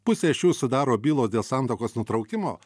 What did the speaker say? pusė šių sudaro bylos dėl santuokos nutraukimo